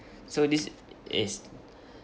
so this is